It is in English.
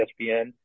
ESPN